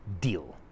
deal